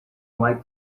white